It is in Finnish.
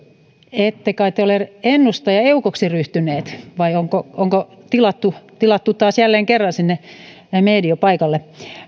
ette kai te ole ennustajaeukoksi ryhtynyt vai onko onko tilattu tilattu taas jälleen kerran meedio paikalle